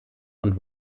und